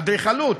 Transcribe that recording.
באדריכלות,